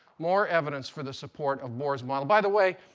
more evidence for the support of bohr's model. by the way,